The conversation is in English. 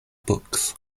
books